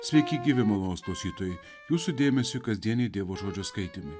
sveiki gyvi malonūs klausytojai jūsų dėmesiui kasdieniai dievo žodžio skaitymai